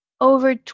over